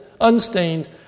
unstained